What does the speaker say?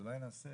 אולי נעשה